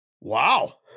Wow